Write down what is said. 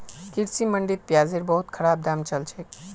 कृषि मंडीत प्याजेर बहुत खराब दाम चल छेक